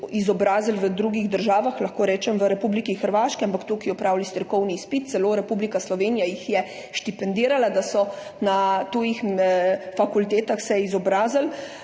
izobrazili v drugih državah, lahko rečem v Republiki Hrvaški, ampak tukaj opravili strokovni izpit, celo Republika Slovenija jih je štipendirala, da so se na tujih fakultetah izobrazili,